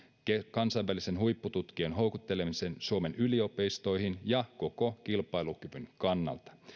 kansainvälisten huippututkijoiden houkuttelemisen suomen yliopistoihin ja koko kilpailukyvyn kannalta